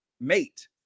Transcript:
mate